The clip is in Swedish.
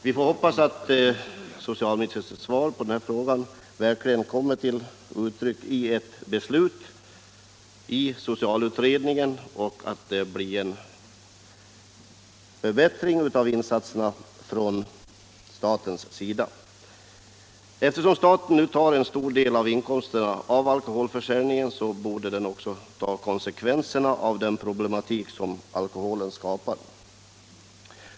Vi får hoppas att socialministerns svar på min fråga verkligen kommer till uttryck i ett beslut i socialutredningen och att det blir en förbättring av insatserna från statens sida. Eftersom staten nu tar en stor del av inkomsterna av alkoholförsäljningen, borde den också ta konsekvenserna av den problematik som alkoholen skapar.